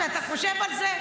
כשאתה חושב על זה,